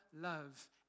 love